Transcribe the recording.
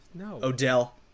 Odell